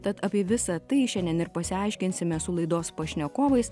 tad apie visa tai šiandien ir pasiaiškinsime su laidos pašnekovais